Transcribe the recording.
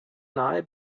nahe